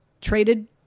traded